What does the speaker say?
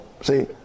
See